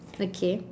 okay